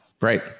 Right